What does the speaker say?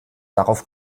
darauf